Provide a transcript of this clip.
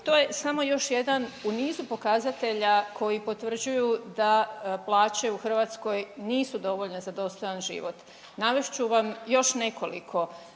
to je samo još jedan u nizu pokazatelja koji potvrđuju da plaće u Hrvatskoj nisu dovoljne za dostojan život. Navest ću vam još nekoliko,